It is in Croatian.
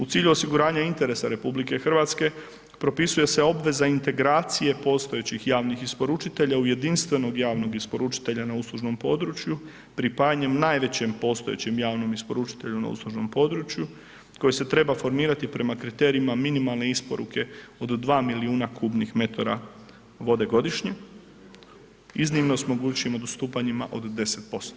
U cilju osiguranja interesa RH propisuje se obveza integracije postojećih javnih isporučitelja u jedinstvenog javnog isporučitelja na uslužnom području pripajanjem najvećem postojećem javnom isporučitelju na uslužnom području koji se treba formirati prema kriterijima minimalne isporuke od dva milijuna kubnih metara vode godišnje, iznimno s mogućim odstupanjima od 10%